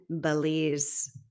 Belize